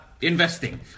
investing